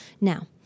Now